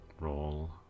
roll